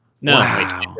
No